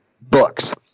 books